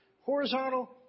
Horizontal